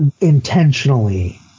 intentionally